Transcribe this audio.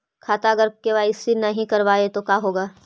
खाता अगर के.वाई.सी नही करबाए तो का होगा?